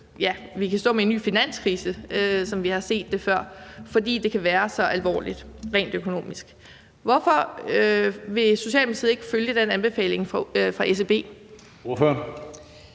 økonomi ud i en ny finanskrise, som vi har set det før, fordi det kan være så alvorligt rent økonomisk. Hvorfor vil Socialdemokratiet ikke følge den anbefaling fra ECB?